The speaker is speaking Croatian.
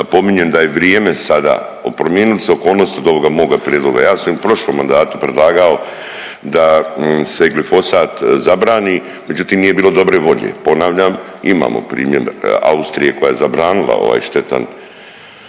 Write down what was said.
napominjem da je vrijeme sada, promijenile su se okolnosti od ovoga moga prijedloga, ja sam i u prošlom mandatu predlagao da se glifosat zabrani, međutim, nije bilo dobre volje. Ponavljam, imamo primjer Austrije koja je zabranila ovaj štetan